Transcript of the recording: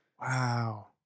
Wow